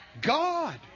God